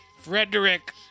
Frederick